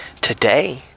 Today